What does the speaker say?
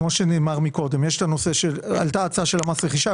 כמו שנאמר קודם, עלתה הצעה של מס רכישה.